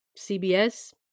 CBS